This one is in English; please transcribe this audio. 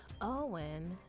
Owen